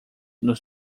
nos